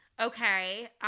Okay